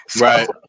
Right